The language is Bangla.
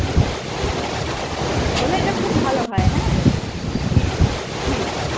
ঠিক আছে ঠিক আছে হলে তো খুব ভালো হয় হ্যাঁ ঠিক আছে ঠিক আছে